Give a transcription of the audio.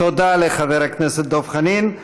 תודה לחבר הכנסת דב חנין.